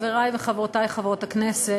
חברי וחברותי חברות הכנסת,